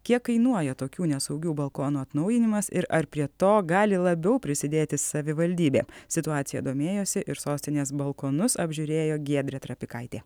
kiek kainuoja tokių nesaugių balkonų atnaujinimas ir ar prie to gali labiau prisidėti savivaldybė situacija domėjosi ir sostinės balkonus apžiūrėjo giedrė trapikaitė